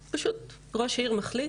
פשוט, ראש עיר מחליט